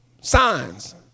signs